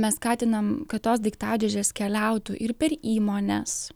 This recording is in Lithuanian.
mes skatinam kad tos daiktadėžės keliautų ir per įmones